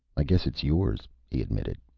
i guess it's yours, he admitted.